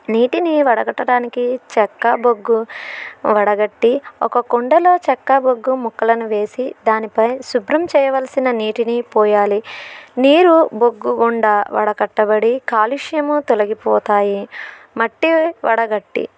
నీటిని వడగట్టడానికి చెక్క బొగ్గు వడగట్టి ఒక కుండలో చెక్క బొగ్గు ముక్కలను వేసి దానిపై శుభ్రం చేయవలసిన నీటిని పోయాలి నీరు బొగ్గు గుండా వడకట్టబడి కాలుష్యము తొలగిపోతాయి మట్టి వడగట్టి